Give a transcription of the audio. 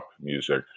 music